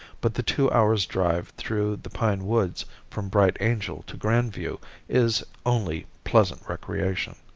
but the two hours' drive through the pine woods from bright angel to grand view is only pleasant recreation.